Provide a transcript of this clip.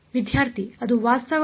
ವಿದ್ಯಾರ್ಥಿ ಅದು ವಾಸ್ತವವಾಗಿ